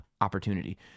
opportunity